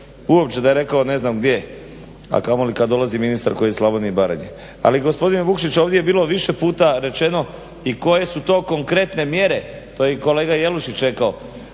uopće da je rekao ne znam gdje, a kamoli kad dolazi ministar koji je iz Slavonije i Baranje. Ali gospodine Vukšić ovdje je bilo više puta rečeno i koje su to konkretne mjere, to je i kolega Jelušić rekao